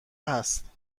هست